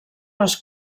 les